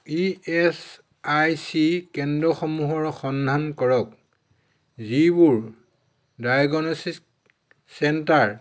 E S I C কেন্দ্ৰসমূহৰ সন্ধান কৰক যিবোৰ ডায়েগনচিছ চেণ্টাৰ